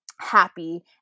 happy